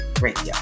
radio